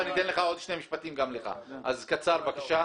קצר בבקשה.